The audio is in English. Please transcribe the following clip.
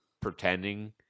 pretending